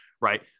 right